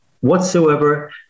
whatsoever